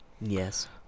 Yes